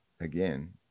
Again